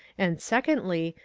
and, secondly,